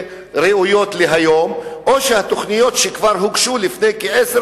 ראויות להיום או שהתוכניות שכבר הוגשו לפני כעשר